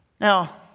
Now